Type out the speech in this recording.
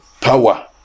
power